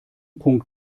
punkt